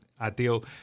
ideal